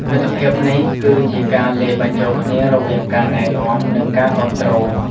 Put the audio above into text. មិត្តភាពនេះ គឺជាការលាយបញ្ចូលគ្នារវាងការណែនាំ និងការគាំទ្រ។